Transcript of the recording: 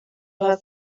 hast